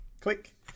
click